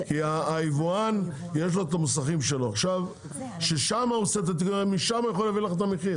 כי היבואן יש לו את המוסכים שלו שמשם הוא יכול להביא את המחיר,